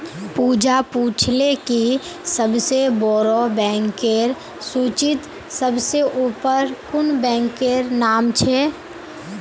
पूजा पूछले कि सबसे बोड़ो बैंकेर सूचीत सबसे ऊपर कुं बैंकेर नाम छे